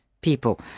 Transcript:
people